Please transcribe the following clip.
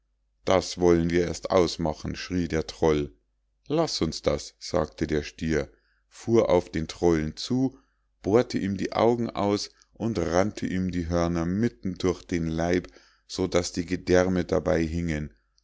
das wollen wir erst ausmachen schrie der troll laß uns das sagte der stier fuhr auf den trollen zu bohrte ihm die augen aus und rannte ihm die hörner mitten durch den leib so daß die gedärme dabei hingen